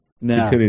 Now